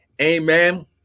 Amen